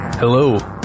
Hello